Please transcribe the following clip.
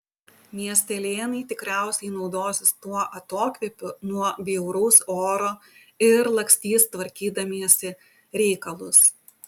miestelėnai tikriausiai naudosis tuo atokvėpiu nuo bjauraus oro ir lakstys tvarkydamiesi reikalus